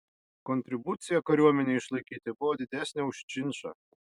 kontribucija kariuomenei išlaikyti buvo didesnė už činšą